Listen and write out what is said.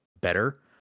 better